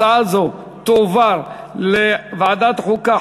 הצעה זו תועבר לוועדת החוקה,